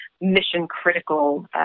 mission-critical